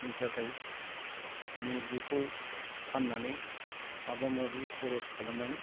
नि थाखाय माने बेखौ फान्नानै माबा माबि खरस खालामनानै